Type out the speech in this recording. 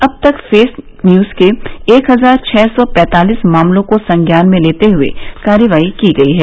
अब तक fake news के एक हजार छः सौ पैतालीस मामलों को संज्ञान में लेते हुए कार्यवाही की गयी है